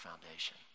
foundation